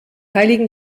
heiligen